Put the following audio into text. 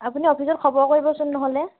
আপুনি অফিচত খবৰ কৰিবচোন নহ'লে